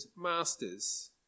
masters